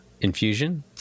infusion